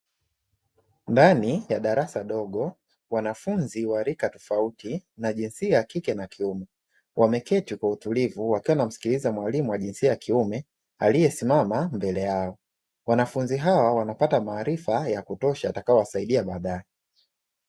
Ndani ya darasa dogo, wanafunzi wa rika tofauti, jinsia ya kike na kiume. Wameketi kwa utulivu wakiwa wanamsikiliza mwalimu wa jinsia ya kiume aliyesimama mbele yao. Wanafunzi hawa wanapata maarifa haya ya kutosha yatakayowasaidia baadaye.